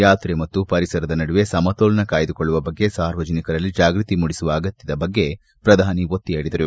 ಯಾತ್ರೆ ಮತ್ತು ಪರಿಸರದ ನಡುವೆ ಸಮತೋಲನ ಕಾಯ್ದುಕೊಳ್ಳುವ ಬಗ್ಗೆ ಸಾರ್ವಜನಿಕರಲ್ಲಿ ಜಾಗೃತಿ ಮೂಡಿಸುವ ಅಗತ್ತದ ಬಗ್ಗೆ ಪ್ರಧಾನಿ ಒತ್ತಿ ಹೇಳಿದರು